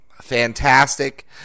Fantastic